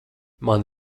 man